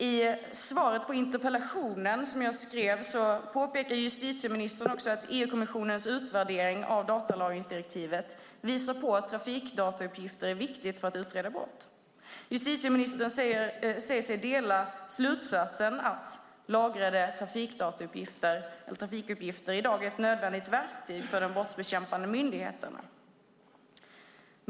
I svaret på interpellationen som jag skrev påpekar justitieministern också att EU-kommissionens utvärdering av datalagringsdirektivet visar på att trafikdatauppgifter är viktiga för att utreda brott. Justitieministern säger sig dela slutsatsen att lagrade trafikuppgifter i dag är ett nödvändigt verktyg för de brottsbekämpande myndigheterna.